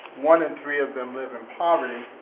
one in three of them live in poverty.